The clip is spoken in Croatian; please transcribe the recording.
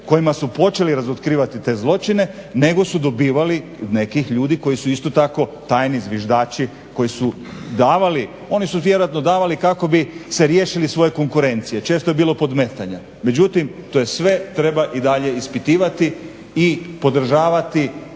kojima su počeli razotkrivati te zločine nego su dobivali od nekih ljudi koji su isto tako tajni zviždači koji su davali, oni su vjerojatno davali kako bi se riješili svoje konkurencije. Često je bilo podmetanja. Međutim to sve treba i dalje podržavati